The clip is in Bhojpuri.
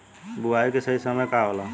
बुआई के सही समय का होला?